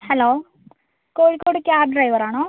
hello Kozhikode cab driver ആണോ